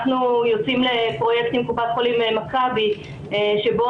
אנחנו יוצאים לפרויקט עם קופת חולים מכבי שבו